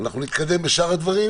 אנחנו נתקדם בשאר הדברים,